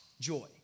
joy